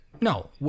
No